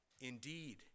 indeed